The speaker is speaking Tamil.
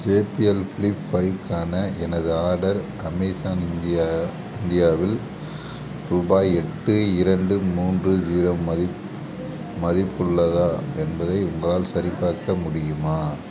ஜேபிஎல் ஃப்ளிப் ஃபைவுக்கான எனது ஆர்டர் அமேசான் இந்தியா இந்தியாவில் ரூபாய் எட்டு இரண்டு மூன்று ஜீரோ மதிப் மதிப்புள்ளதா என்பதை உங்களால் சரிப்பார்க்க முடியுமா